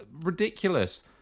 ridiculous